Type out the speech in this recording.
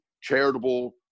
charitable